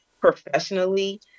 professionally